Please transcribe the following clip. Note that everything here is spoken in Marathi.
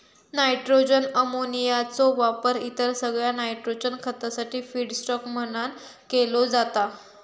नायट्रोजन अमोनियाचो वापर इतर सगळ्या नायट्रोजन खतासाठी फीडस्टॉक म्हणान केलो जाता